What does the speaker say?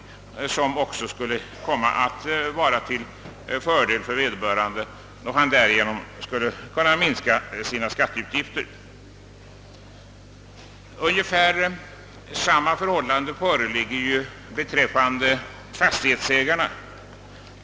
Detta skulle vara till fördel för vederbörande, då han därigenom skulle kunna minska sina skatteutgifter. Ungefär samma förhållande råder beträffande fastighetsägarna.